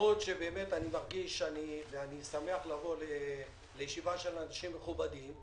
למרות שאני שמח לבוא לישיבה של אנשים מכובדים,